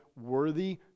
worthy